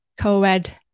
co-ed